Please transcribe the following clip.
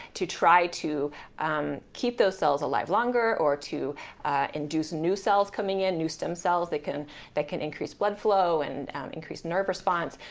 to try to um keep those cells alive longer or to induce new cells coming in, new stem cells that can that can increase blood flow and increase nerve response,